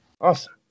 Awesome